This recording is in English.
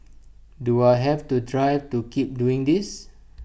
do I have the drive to keep doing this